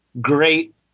great